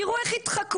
תראו איך התחכמו.